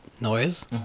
noise